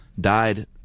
died